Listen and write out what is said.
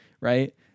Right